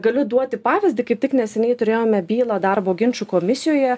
galiu duoti pavyzdį kaip tik neseniai turėjome bylą darbo ginčų komisijoje